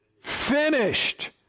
finished